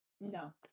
No